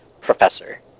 professor